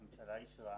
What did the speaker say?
הממשלה אישרה